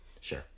Sure